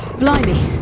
blimey